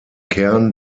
kern